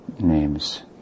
names